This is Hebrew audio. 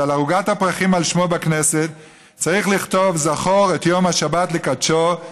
על ערוגת הפרחים על שמו בכנסת צריך לכתוב: "זכור את יום השבת לקדשו",